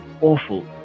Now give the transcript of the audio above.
awful